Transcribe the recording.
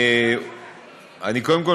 קודם כול,